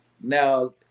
Now